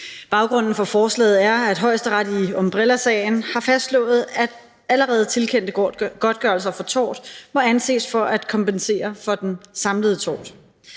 Baggrunden for forslaget er, at Højesteret i umbrellasagen har fastslået, at allerede tilkendte godtgørelser for tort må anses for at kompensere for den samlede tort.